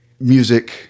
music